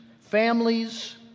families